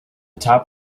top